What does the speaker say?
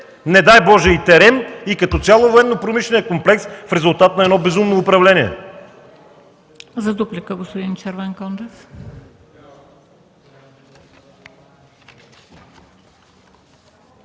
не дай Боже, и „Терем”, и като цяло военнопромишления комплекс в резултат на едно безумно управление!